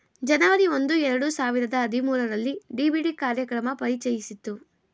ಜನವರಿ ಒಂದು ಎರಡು ಸಾವಿರದ ಹದಿಮೂರುರಲ್ಲಿ ಡಿ.ಬಿ.ಡಿ ಕಾರ್ಯಕ್ರಮ ಪರಿಚಯಿಸಿತು